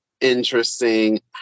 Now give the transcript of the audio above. interesting